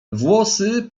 włosy